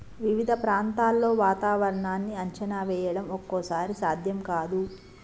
వివిధ ప్రాంతాల్లో వాతావరణాన్ని అంచనా వేయడం ఒక్కోసారి సాధ్యం కాదు